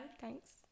Thanks